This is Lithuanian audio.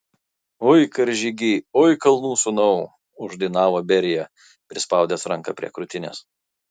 oi karžygy oi kalnų sūnau uždainavo berija prispaudęs ranką prie krūtinės